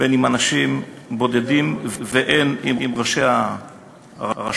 בין עם אנשים בודדים ובין עם ראשי הרשויות,